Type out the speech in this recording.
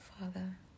Father